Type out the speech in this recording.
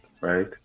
right